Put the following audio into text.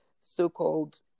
so-called